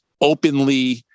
openly